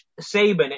Saban